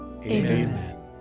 Amen